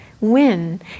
win